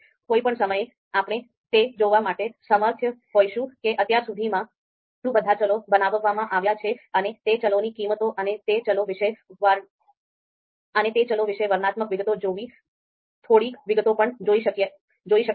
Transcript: કોઈપણ સમયે આપણે તે જોવા માટે સમર્થ હોઈશું કે અત્યાર સુધીમાં શું બધા ચલો બનાવવામાં આવ્યા છે અને તે ચલોની કિંમતો અને તે ચલો વિશે વર્ણનાત્મક વિગતો જેવી થોડીક વિગતો પણ જોઇ શકાય છે